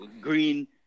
green